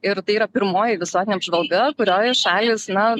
ir tai yra pirmoji visuotinė apžvalga kurioj šalys na